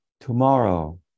Tomorrow